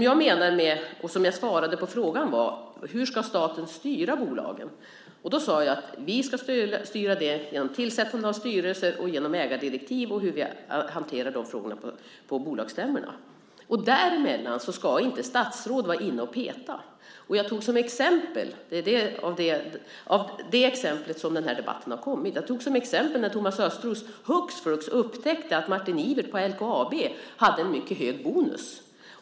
Jag svarade på frågan om hur staten ska styra bolagen. Jag sade att vi ska styra dem genom hur frågor om tillsättning av styrelser och utformning av ägardirektiv hanteras på bolagsstämmor. Däremellan ska inte statsråd vara inne och peta. Jag tog som exempel - och det är det exemplet som har mynnat ut i denna debatt - när Thomas Östros hux flux upptäckte att Martin Ivert på LKAB hade en mycket hög bonus.